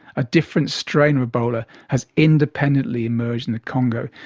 a different strain of ebola has independently emerged in the congo,